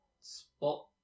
spot